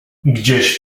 gdzieś